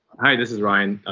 hi, this is ryan.